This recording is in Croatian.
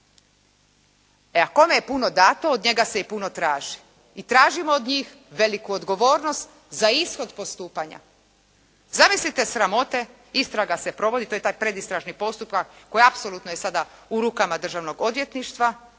E a kome je puno dato od njega se i puno traži i tražimo od njih veliku odgovornost za ishod postupanja. Zamislite sramote istraga se provodi, to je taj pred istražni postupak koji apsolutno je sada u rukama državnog odvjetništva,